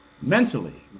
mentally